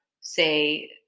say